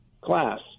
class